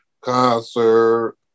concert